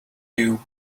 you